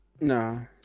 No